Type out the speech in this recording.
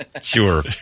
Sure